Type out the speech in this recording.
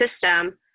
system